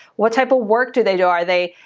what type of work do they do? are they,